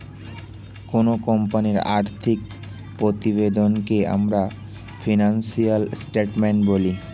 কোনো কোম্পানির আর্থিক প্রতিবেদনকে আমরা ফিনান্সিয়াল স্টেটমেন্ট বলি